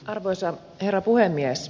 arvoisa herra puhemies